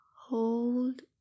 Hold